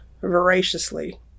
voraciously